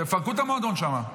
תפרקו את המועדון שם.